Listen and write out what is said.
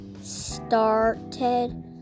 started